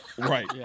Right